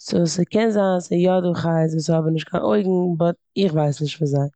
סאו ס'קען זיין ס'יא דא חיות וואס האבן נישט קיין אויגן באט איך ווייס נישט פון זיי.